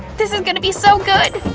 this is gonna be so good!